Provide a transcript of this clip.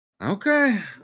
Okay